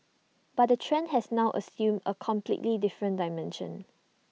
but the trend has now assumed A completely different dimension